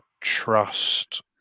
trust